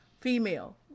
female